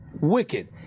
wicked